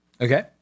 Okay